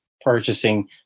purchasing